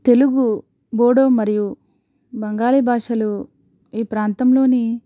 తెలుగు బోడో మరియు బెంగాలీ భాషలు ఈ ప్రాంతంలోని